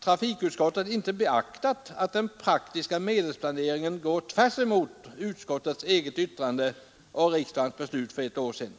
trafikutskottet inte beaktat att den praktiska medelsplaneringen går tvärs emot utskottets eget yttrande och riksdagens beslut för ett år sedan.